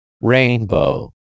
Rainbow